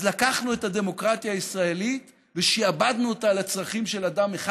אז לקחנו את הדמוקרטיה הישראלית ושעבדנו אותה לצרכים של אדם אחד.